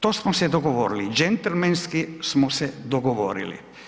To smo se dogovorili, džentlmenski smo se dogovorili.